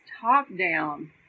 top-down